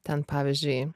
ten pavyzdžiui